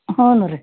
ಹ್ಞೂ ರೀ